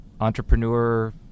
entrepreneur